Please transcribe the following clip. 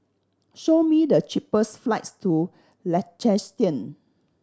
show me the cheapest flights to Liechtenstein